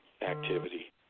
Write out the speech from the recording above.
activity